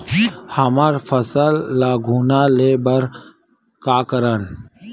हमर फसल ल घुना ले बर का करन?